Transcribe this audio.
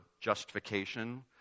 justification